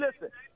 listen